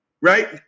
right